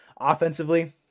Offensively